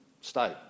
state